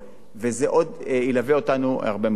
וזה ילווה אותנו עוד הרבה מאוד שנים.